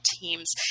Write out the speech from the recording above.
teams